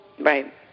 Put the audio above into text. Right